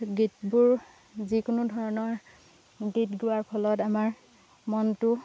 গীতবোৰ যিকোনো ধৰণৰ গীত গোৱাৰ ফলত আমাৰ মনটো